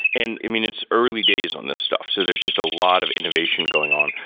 and i mean, it's early days on this stuff, so there's just a lot of innovation going on.